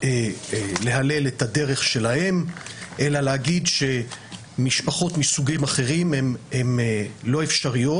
להלל את הדרך שלהם אלא להגיד שמשפחות מסוגים אחרים הן לא אפשריות,